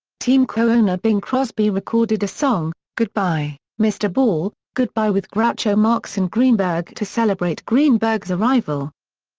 team co-owner bing crosby recorded a song, goodbye, mr. ball, goodbye with groucho marx and greenberg to celebrate greenberg's arrival.